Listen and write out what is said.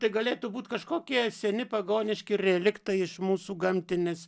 tai galėtų būti kažkokie seni pagoniški reliktai iš mūsų gamtinės